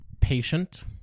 patient